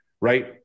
right